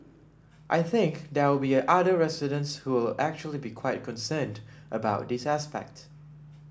I think there will be other residents who will actually be quite concerned about this aspect